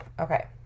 Okay